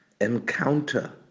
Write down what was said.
encounter